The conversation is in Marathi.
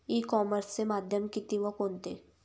ई कॉमर्सचे माध्यम किती व कोणते?